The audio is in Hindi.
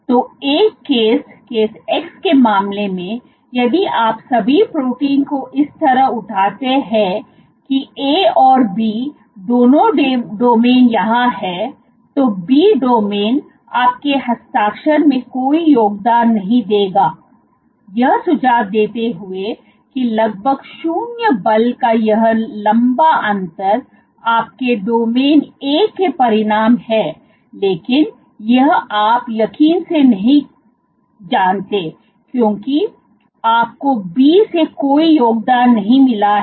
तो एक केस x के मामले में यदि आप सभी प्रोटीन को इस तरह उठाते हैं कि A और B दोनों डोमिन यहां हैं तो B डोमिन आपके हस्ताक्षर में कोई योगदान नहीं देगा यह सुझाव देते हुए कि लगभग 0 बल का यह लंबा अंतर आपके डोमिन A के परिणाम है लेकिन यह आप यकीन से नहीं जानते क्योंकि आपको B से कोई योगदान नहीं मिला है